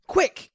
Quick